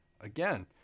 Again